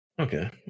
okay